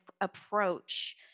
approach